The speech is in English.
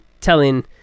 telling